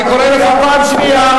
אני קורא לך פעם שנייה.